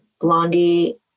Blondie